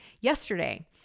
yesterday